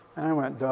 and i went, duh,